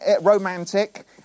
romantic